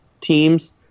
teams